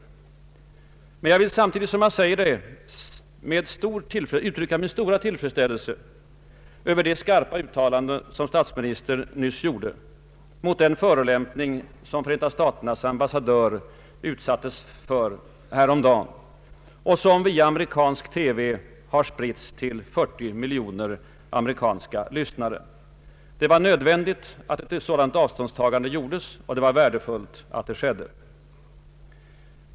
Samtidigt som jag säger detta vill jag uttrycka min stora tillfredsställelse över det skarpa uttalande statsministern nyss gjorde mot den förolämpning som Förenta staternas ambassadör utsattes för häromdagen och som via amerikansk TV har spritts till 40 miljoner amerikaner. Det var nödvändigt att ett sådant avståndstagande gjordes, och det var värdefullt att det skedde.